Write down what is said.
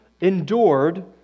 endured